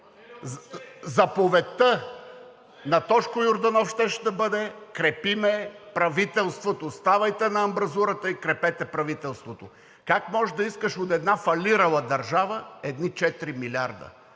заповедта на Тошко Йорданов щеше да бъде: „Крепим правителството. Ставайте на амбразурата и крепете правителството!“ Как можеш да искаш от една фалирала държава едни четири милиарда?